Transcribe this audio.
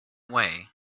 way